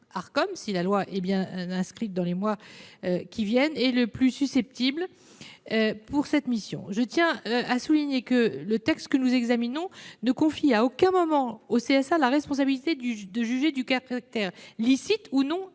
du Parlement dans les mois qui viennent, est le plus à même d'accomplir cette mission. Je tiens à souligner que le texte que nous examinons ne confie à aucun moment au CSA la responsabilité de juger du caractère licite ou non des